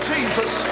Jesus